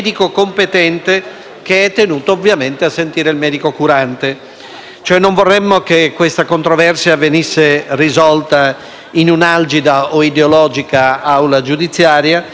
Vorremmo che questa controversia non venisse risolta in una algida o ideologica aula giudiziaria, ma venisse rimessa a un collegio